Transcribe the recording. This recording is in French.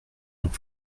dont